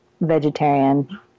vegetarian